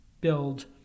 build